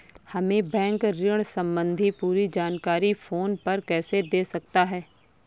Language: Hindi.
हमें बैंक ऋण संबंधी पूरी जानकारी फोन पर कैसे दे सकता है?